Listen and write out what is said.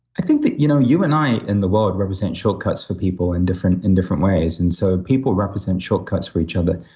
i think that you know you and i in the world represent shortcuts for people in different in different ways. and so, people represent shortcuts for each other.